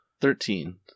thirteen